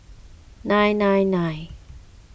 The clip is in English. nine nine nine